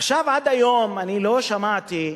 עד היום לא שמעתי,